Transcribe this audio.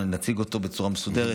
שנותנות מענה לציבור החרדי.